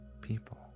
people